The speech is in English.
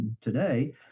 today